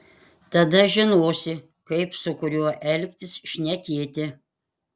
tada žinosi kaip su kuriuo elgtis šnekėti